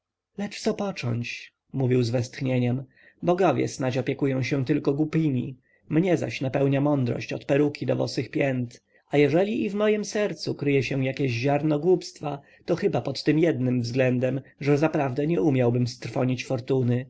lecz co począć mówił z westchnieniem bogowie snadź opiekują się tylko głupimi mnie zaś napełnia mądrość od peruki do bosych pięt a jeżeli i w mojem sercu kryje się jakie ziarno głupstwa to chyba pod tym jednym względem że zaprawdę nie umiałbym strwonić fortuny